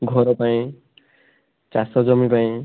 ଘର ପାଇଁ ଚାଷ ଜମି ପାଇଁ